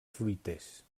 fruiters